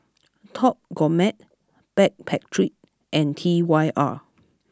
Top Gourmet Backpedic and T Y R